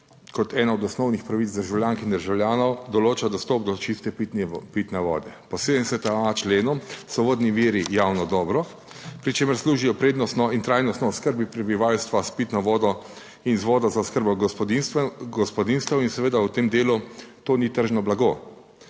kot ena od osnovnih pravic državljank in državljanov določa dostop do čiste pitne vode. Po 70.a členu so vodni viri javno dobro, pri čemer služijo prednostno in trajnostno oskrbi prebivalstva s pitno vodo in z vodo za oskrbo gospodinjstev in seveda v tem delu to ni tržno blago.